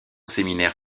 séminaire